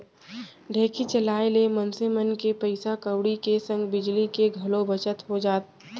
ढेंकी चलाए ले मनसे मन के पइसा कउड़ी के संग बिजली के घलौ बचत हो जाथे